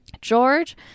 George